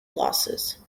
losses